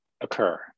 occur